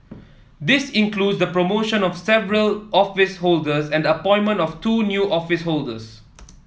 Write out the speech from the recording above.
this includes the promotion of several office holders and the appointment of two new office holders